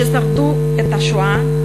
ששרדו את השואה,